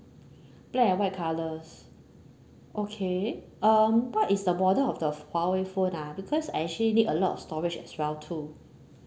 black and white colours okay um what is the model of the huawei phone ah because I actually need a lot of storage as well too